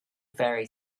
ferry